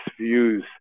views